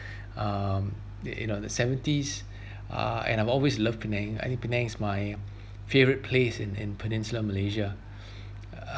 um you know the seventies uh and I've always love penang I think penang is my favourite place in in peninsular malaysia